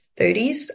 30s